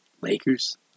Lakers